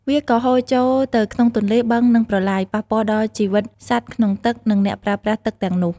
វាក៏ហូរចូលទៅក្នុងទន្លេ បឹង និងប្រឡាយ ប៉ះពាល់ដល់ជីវិតសត្វក្នុងទឹក និងអ្នកប្រើប្រាស់ទឹកទាំងនោះ។